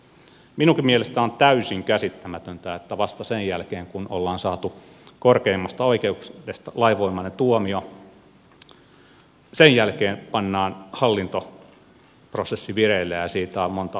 minunkin mielestäni on täysin käsittämätöntä että vasta sen jälkeen kun on saatu korkeimmasta oikeudesta lainvoimainen tuomio pannaan hallintoprosessi vireille ja siitä on monta valitusmahdollisuutta